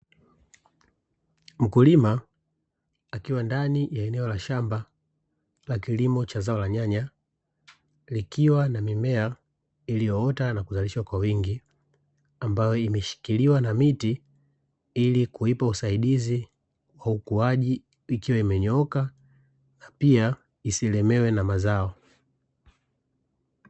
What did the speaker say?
Mkulima akiwa ndani ya eneo la shamba la kilimo cha zao la nyanya, likiwa na mmea iliyoota na kuzalishwa kwa wingi ambayo imeshikiliwa na miti ili kuipa usaidizi wa ukuaji ikiwa imenyooka na pia isilemewe na mazao.